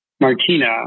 Martina